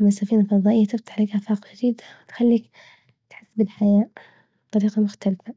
أما السفينة الفضائية تفتح لك آفاق جديدة وتخليك تحس بالحياة بطريقة مختلفة.